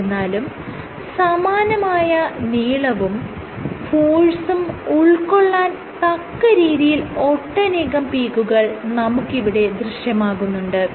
എന്നിരുന്നാലും സമാനമായ നീളവും ഫോഴ്സും ഉൾകൊള്ളാൻ തക്കരീതിയിൽ ഒട്ടനേകം പീക്കുകൾ നമുക്ക് ഇവിടെ ദൃശ്യമാകുന്നുണ്ട്